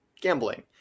gambling